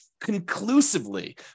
conclusively